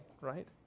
right